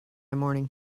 morning